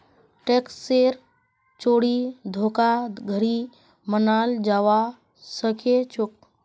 टैक्सेर चोरी धोखाधड़ी मनाल जाबा सखेछोक